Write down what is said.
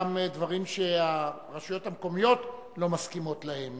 גם דברים שהרשויות המקומיות לא מסכימות להם,